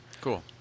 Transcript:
Cool